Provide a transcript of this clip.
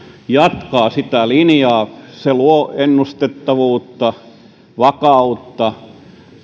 jatkaa sitä linjaa se luo ennustettavuutta vakautta